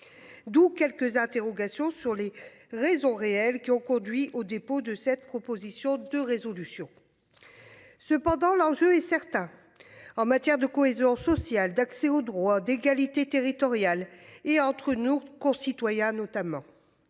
D'où quelques interrogations sur les raisons réelles qui ont conduit au dépôt de cette proposition de résolution. Cependant, l'enjeu est certain en matière de cohésion sociale, d'accès au droit d'égalité territoriale et entre nous, concitoyens, notamment.